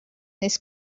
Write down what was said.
this